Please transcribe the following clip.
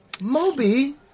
Moby